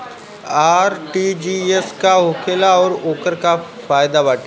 RTGS का होखेला और ओकर का फाइदा बाटे?